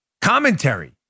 Commentary